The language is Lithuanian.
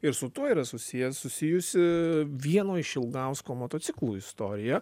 ir su tuo yra susiję susijusi vieno iš ilgausko motociklų istorija